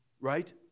Right